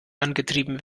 angetrieben